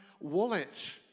wallet